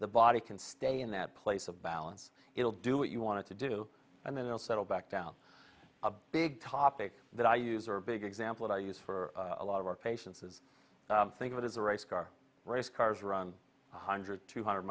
the body can stay in that place of balance it'll do what you want to do and then they'll settle back down a big topic that i use or a big example i use for a lot of our patients is think of it as a race car race cars run one hundred two hundred